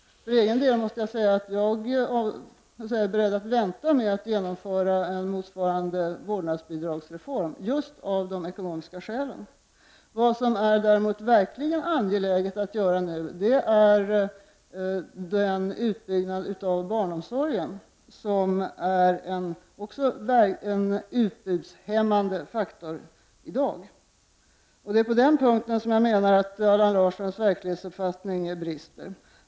För egen del måste jag säga att jag är beredd att vänta med att genomföra en motsvarande vårdnadsbidragsreform just av de ekonomiska skälen. Vad som däremot verkligen är angeläget att göra nu är att bygga ut barnomsorgen, som i dag utgör en utbudshämmande faktor. På den punkten menar jag att Allan Larssons verklighetsuppfattning brister.